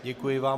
Děkuji vám.